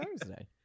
Thursday